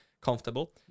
comfortable